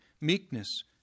meekness